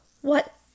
What